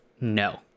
No